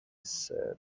said